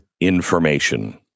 information